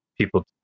people